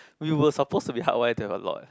we were supposed to be hardwired to have a lot